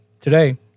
today